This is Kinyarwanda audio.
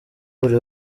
buri